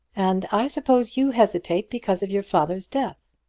and i suppose you hesitate because of your father's death.